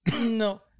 No